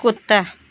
कुत्ता